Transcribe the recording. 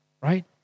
right